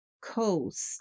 coast